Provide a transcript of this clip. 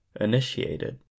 initiated